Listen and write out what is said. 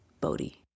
Bodhi